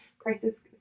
Prices